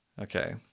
Okay